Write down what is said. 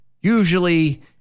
usually